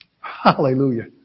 Hallelujah